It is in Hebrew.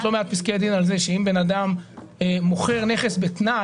יש לא מעט פסקי דין על כך שאם בן אדם מוכר נכס בתנאי,